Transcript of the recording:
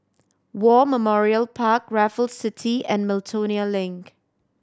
War Memorial Park Raffles City and Miltonia Link